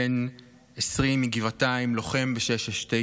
בן 20 מגבעתיים, לוחם ב-669,